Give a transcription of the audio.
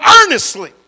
earnestly